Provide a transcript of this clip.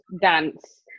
dance